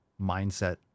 mindset